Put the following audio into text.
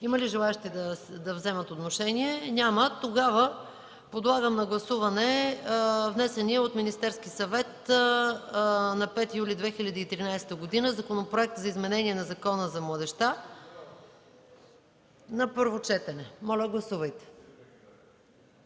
Има ли желаещи да вземат отношение? Няма. Подлагам на гласуване внесения от Министерския съвет на 5 юли 2013 г. Законопроект за изменение на Закона за младежта – на първо четене. Гласували